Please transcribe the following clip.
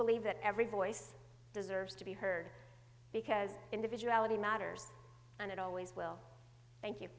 believe that every voice deserves to be heard because individuality matters and it always will thank you